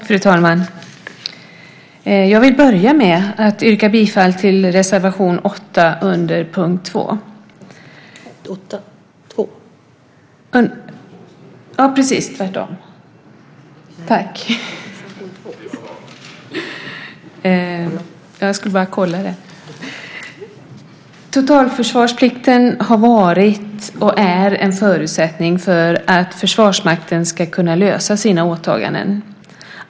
Fru talman! Jag vill börja med att yrka bifall till reservation 2 under punkt 8. Totalförsvarsplikten har varit och är en förutsättning för att Försvarsmakten ska kunna lösa sina åtaganden.